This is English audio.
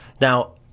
Now